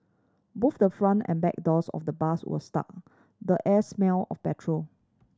both the front and back doors of the bus were stuck the air smelled of petrol